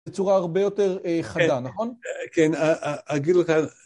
בצורה הרבה יותר חדה, נכון? כן, אגיד לך...